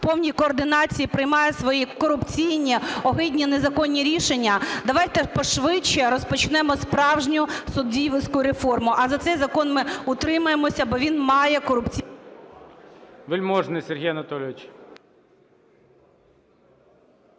повній координації приймає свої корупційні, огидні, незаконні рішення. Давайте пошвидше розпочнемо справжню суддівську реформу. А за цей закон ми утримаємося, бо він має… ГОЛОВУЮЧИЙ. Вельможний Сергій Анатолійович.